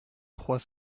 trois